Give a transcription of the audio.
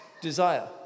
desire